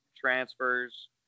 transfers